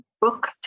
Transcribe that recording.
book